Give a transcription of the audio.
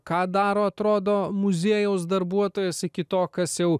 ką daro atrodo muziejaus darbuotojas iki to kas jau